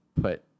put